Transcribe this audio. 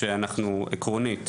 שאישרנו אותם עקרונית,